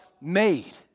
made